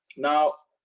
now,